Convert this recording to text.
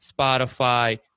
Spotify